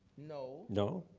no. no?